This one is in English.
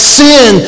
sin